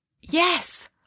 yes